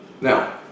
Now